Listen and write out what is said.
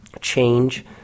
change